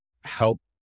help